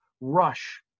rush